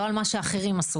לא על מה שאחרים עשו.